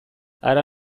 hara